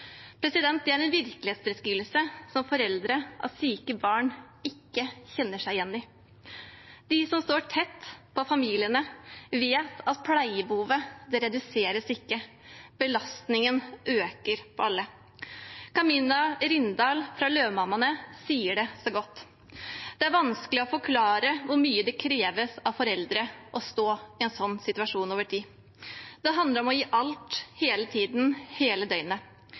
Det er en virkelighetsbeskrivelse som foreldre av syke barn ikke kjenner seg igjen i. De som står tett på familiene, vet at pleiebehovet ikke reduseres. Belastningen øker for alle. Camilla Rindahl fra Løvemammaene sier det så godt: «Det er vanskelig å forklare hvor mye det kreves av foreldre å stå i en slik situasjon over tid. Det handler om å gi alt hele tiden, hele